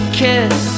kiss